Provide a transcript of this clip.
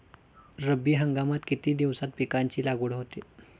रब्बी हंगामात किती दिवसांत पिकांची लागवड होते?